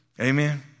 Amen